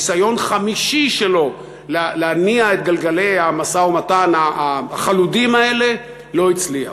ניסיון חמישי שלו להניע את גלגלי המשא-ומתן החלודים האלה לא הצליח.